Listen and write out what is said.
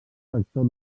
vector